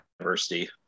University